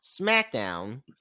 SmackDown